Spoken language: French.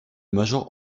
major